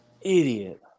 Idiot